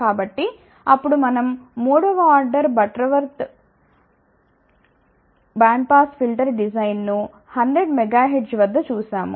కాబట్టి అప్పుడు మనం మూడవ order Butterworth band pass filter డిజైన్ను 100 MHz వద్ద చూశాము